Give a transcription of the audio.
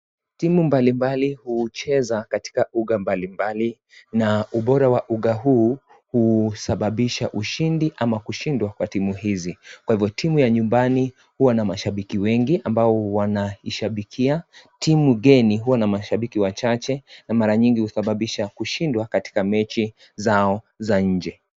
Timu mbalimbali hucheza katika uga mbalimbali na ubora wa uga huu husababisha ushindi ama kushindwa kwa timu, kwa hivyo timu ya nyumbani huwa na mashabiki wengi ambao wanaishabikia, timu geni hua na mashabiki wachache na mara mingi husababisha kushindwa katika mechi zao za nje.